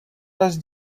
раз